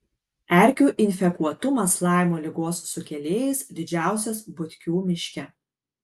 erkių infekuotumas laimo ligos sukėlėjais didžiausias butkių miške